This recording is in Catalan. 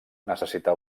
necessitar